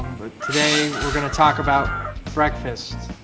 but today we're going to talk about breakfasts.